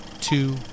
two